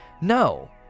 no